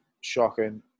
Shocking